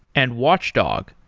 and watchdog,